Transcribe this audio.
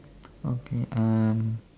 okay uh